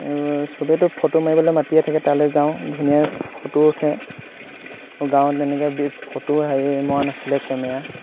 আৰু চবেইতো ফটো মাৰিবলৈ মাতিয়ে থাকে তালে যাওঁ ধুনীয়া ফটো উঠে গাঁৱত তেনেকৈ ফটো হেৰি মৰা নাছিলে কেমেৰা